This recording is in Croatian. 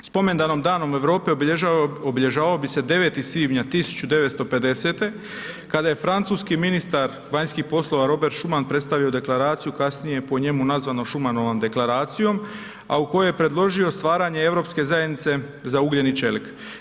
Spomendanom Danom Europe obilježavao bi se 9. svibnja 1950. kada je francuski ministar vanjskih poslova Robert Schuman predstavio deklaraciju, kasnije po njemu nazvanu Schumanovom deklaracijom a u kojoj je predložio stvaranje Europske zajednice za ugljen i čelik.